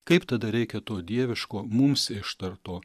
kaip tada reikia to dieviško mums ištarto